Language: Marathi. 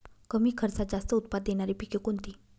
कमी खर्चात जास्त उत्पाद देणारी पिके कोणती?